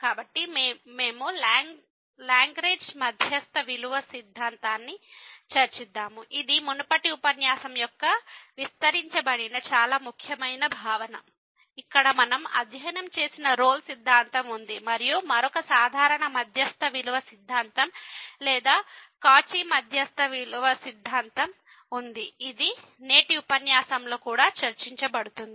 కాబట్టి మేము లాగ్రేంజ్ మధ్యస్థ విలువ సిద్ధాంతాన్ని చర్చిద్దాము ఇది మునుపటి ఉపన్యాసం యొక్క విస్తరించబడిన చాలా ముఖ్యమైన భావన ఇక్కడ మనం అధ్యయనం చేసిన రోల్ సిద్ధాంతం Rolle's theorem ఉంది మరియు మరొక సాధారణ మధ్యస్థ విలువ సిద్ధాంతం లేదా కాచి మధ్యస్థ విలువ సిద్ధాంతం ఉంది ఇది నేటి ఉపన్యాసంలో కూడా చర్చించబడుతుంది